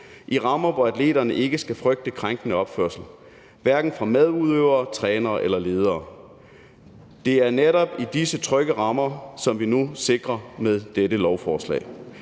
i rammer, hvor atleterne ikke skal frygte krænkende opførsel hverken fra medudøvere, trænere eller ledere. Det er netop disse trygge rammer, som vi nu sikrer med dette lovforslag.